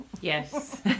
Yes